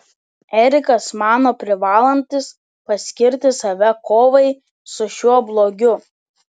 erikas mano privalantis paskirti save kovai su šiuo blogiu